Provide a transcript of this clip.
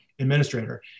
administrator